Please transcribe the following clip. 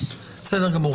בסדר גמור.